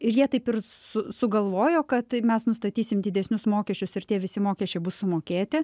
ir jie taip ir su sugalvojo kad mes nustatysim didesnius mokesčius ir tie visi mokesčiai bus sumokėti